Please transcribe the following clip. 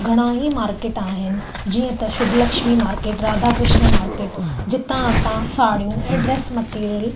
घणा ई मार्केट आहिनि जीअं त शुभ लक्ष्मी मार्केट राधा कृष्ण मार्केट जितां असां साड़ियूं ऐं ड्रेस मटीरिअल